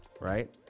right